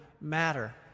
matter